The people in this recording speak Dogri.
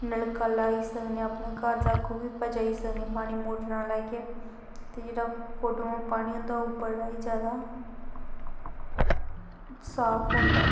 नलका लाई सकने अपने घर तक बी पजाई सकने पानी मोटरां लाइयै ते जेह्ड़ा कोड्डुआं पानी होंदा ओह् बड़ा ई जादा साफ होंदा